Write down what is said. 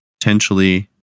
potentially